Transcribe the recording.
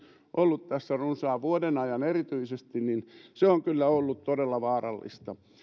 ollut tässä runsaan vuoden ajan erityisesti niin se on kyllä ollut todella vaarallista